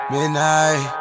Midnight